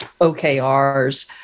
OKRs